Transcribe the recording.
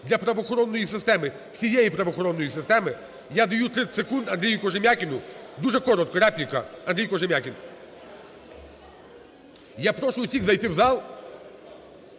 для правоохоронної системи, всієї правоохоронної системи. Я даю 30 секунд Андрію Кожем'якіну. Дуже коротко репліка, Андрій Кожем'якін. Я прошу всіх зайти в зал